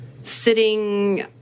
sitting